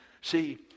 See